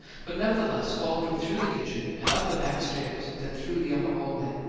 but nevertheless followed her through the kitchen, and up the back stairs then through the upper hallway.